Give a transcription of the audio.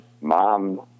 mom